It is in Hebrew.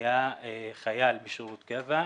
היה חייל בשירות קבע,